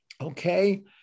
Okay